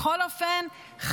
בכל אופן,